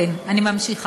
כן, אני ממשיכה.